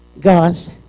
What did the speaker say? God's